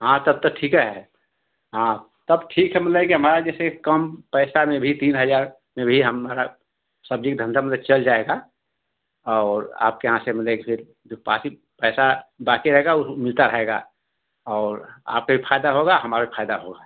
हाँ तब तो ठीके है हाँ तब ठीक है मतलब कि हमारा जैसे कम पैसा में भी तीन हजार में भी हमारा सब्जी का धंधा मतलब चल जाएगा और आपके यहाँ से मतलब के जो पाकी पैसा बाकी रहेगा वो मिलता रहेगा और आपके भी फायदा होगा हमारा भी फायदा होगा